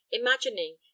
imagining